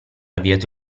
avviato